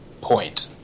point